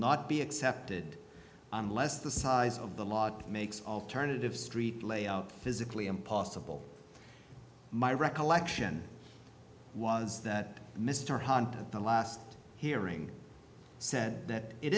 not be accepted unless the size of the lot makes alternative street layout physically impossible my recollection was that mr hahn at the last hearing said that it